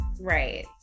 Right